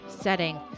setting